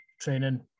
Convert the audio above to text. training